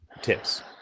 tips